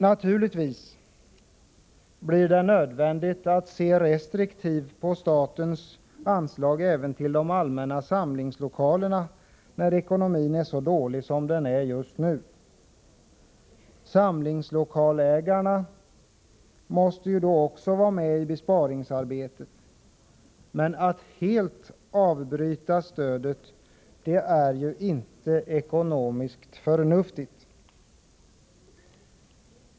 Naturligtvis blir det nödvändigt att se restriktivt på statens anslag även till allmänna samlingslokaler när ekonomin är så dålig som den just nu är. Samlingslokalsägarna måste också vara med i besparingsarbetet. Men att helt avbryta stödet är inte ekonomiskt förnuftigt.